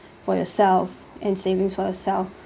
for yourself and savings for yourself